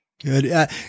Good